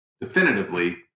definitively